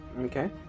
Okay